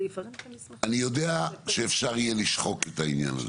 הוא לא יכול לעשות את זה בלי דיון היום, אבל.